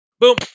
Boom